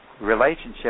relationship